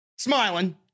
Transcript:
smiling